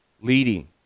leading